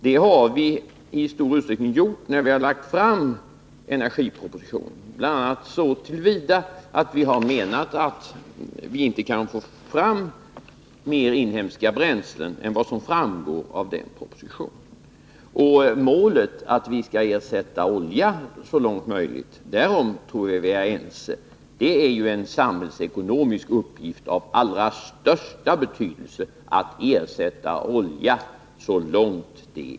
Vi har i stor utsträckning också handlat i enlighet härmed när vi lagt fram energipropositionen, bl.a. så till vida att vi menat att vi inte kan få fram mer av inhemska bränslen än vad som framgår av propositionen. Jag tror att vi är ense om målet att vi så långt möjligt skall ersätta oljan — det är en samhällsekonomisk uppgift av allra största betydelse.